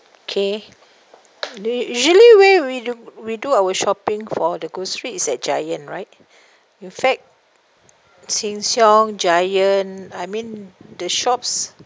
okay do you usually where we do we do our shopping for the groceries is at giant right in fact sheng siong giant I mean the shops